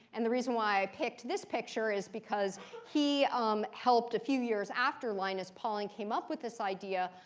and the reason why i picked this picture is because he um helped, a few years after linus pauling came up with this idea,